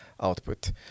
output